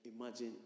Imagine